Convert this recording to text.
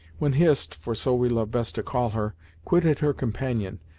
when hist for so we love best to call her quitted her companion,